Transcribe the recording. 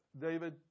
David